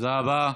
תודה רבה.